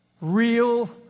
real